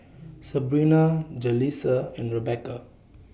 Sebrina Jalissa and Rebecca